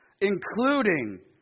including